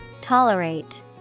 Tolerate